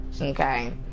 okay